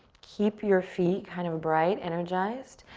keep your feet kind of bright, energized.